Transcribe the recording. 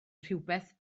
rhywbeth